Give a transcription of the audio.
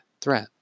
threat